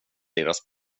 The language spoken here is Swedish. deras